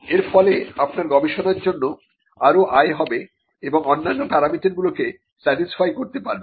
এর ফলে আপনার গবেষণার জন্য আরও আয় হবে এবং অন্যান্য প্যারামিটারগুলিকে স্যাটিসফাই করতে পারেন